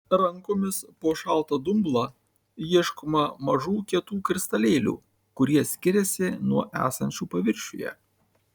rankomis po šaltą dumblą ieškoma mažų kietų kristalėlių kurie skiriasi nuo esančių paviršiuje